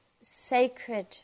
sacred